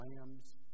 Lamb's